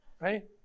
Right